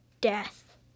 death